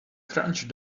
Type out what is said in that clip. crouched